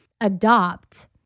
adopt